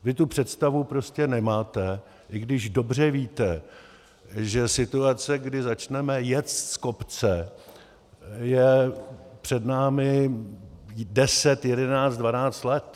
Vy tu představu prostě nemáte, i když dobře víte, že situace, kdy začneme jet z kopce, je před námi deset, jedenáct, dvanáct let.